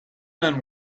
men